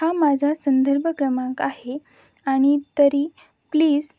हा माझा संदर्भ क्रमांक आहे आणि तरी प्लीज